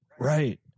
Right